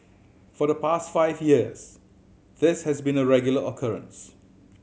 for the past five years this has been a regular occurrence